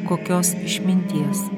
kokios išminties